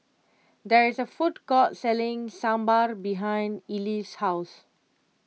there is a food court selling Sambar behind Ellie's house